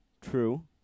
True